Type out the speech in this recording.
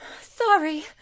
Sorry